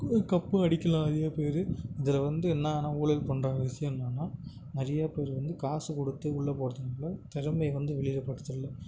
அது கப்பும் அடிக்கலாம் நிறைய பேர் இதில் வந்து என்னென்னா ஊழல் பண்ணுற விஷயம் என்னென்னா நிறைய பேர் வந்து காசு கொடுத்து உள்ள போகிறதுனால திறமை வந்து வெளியில் போகிறதில்ல